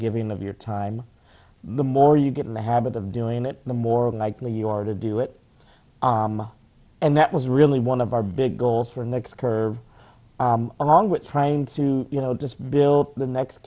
giving of your time the more you get in the habit of doing it the more likely you are to do it and that was really one of our big goals for next curve along with trying to you know just build the next